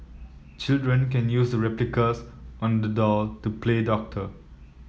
children can use the replicas on the doll to play doctor